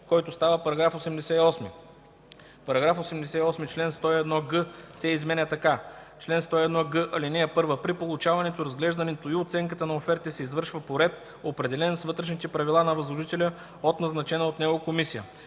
който става § 88: „§ 88. Член 101г се изменя така: „Чл. 101г. (1) Получаването, разглеждането и оценката на офертите се извършва по ред, определен с вътрешните правила на възложителя, от назначена от него комисия.